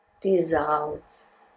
Dissolves